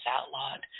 outlawed